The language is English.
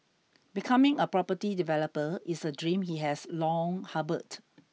becoming a property developer is a dream he has long harboured